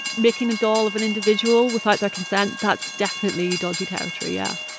making a doll of an individual without their consent, that's definitely dodgy territory, yeah.